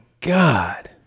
God